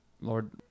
Lord